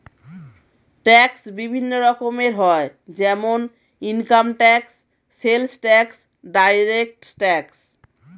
tax বিভিন্ন রকমের হয় যেমন income tax, sales tax, direct tax